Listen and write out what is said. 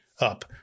up